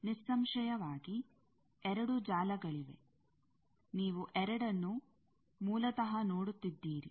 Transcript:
ನಿಸ್ಸಂಶಯವಾಗಿ ಎರಡು ಜಾಲಗಳಿವೆ ನೀವು ಎರಡನ್ನು ಮೂಲತಃ ನೋಡುತ್ತಿದ್ದೀರಿ